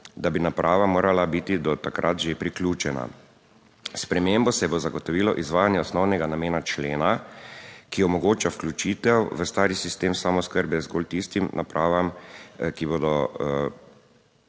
da bi naprava morala biti do takrat že priključena. S spremembo se bo zagotovilo izvajanje osnovnega namena člena, ki omogoča vključitev v stari sistem samooskrbe zgolj tistim napravam, ki bodo